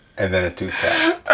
and then it do that